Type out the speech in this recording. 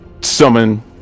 summon